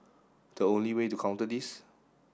the only way to counter this